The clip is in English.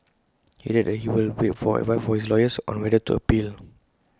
he added that he will wait for advice from his lawyers on whether to appeal